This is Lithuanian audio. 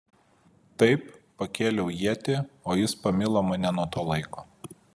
taip pakėliau ietį o jis pamilo mane nuo to laiko